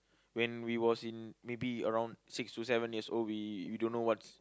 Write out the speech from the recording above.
when we was in maybe around six to seven years old we we don't know what's